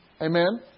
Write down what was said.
Amen